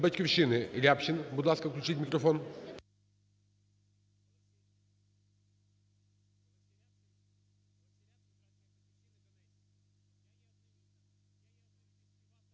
"Батьківщини" Рябчин, будь ласка, включіть мікрофон.